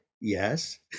Yes